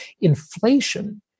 inflation